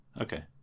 okay